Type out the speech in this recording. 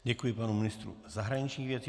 Děkuji panu ministru zahraničních věcí.